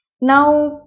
Now